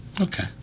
Okay